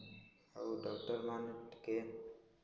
ଆଉ ଡାକ୍ତର ମାନେ ଟିକେ